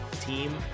team